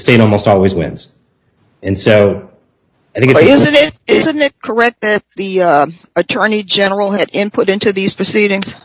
state almost always wins and so i think it is it isn't it correct the attorney general had input into these proceedings